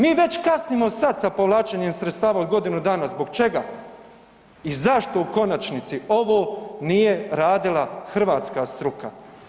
Mi već kasnimo sad sa povlačenjem sredstava od godinu dana, zbog čega i zašto u konačnici ovo nije radila hrvatska struka?